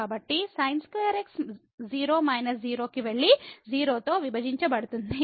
కాబట్టి sin2x 0 minus 0 కి వెళ్లి 0 తో విభజించబడింది